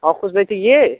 और कुछ नहीं चाहिए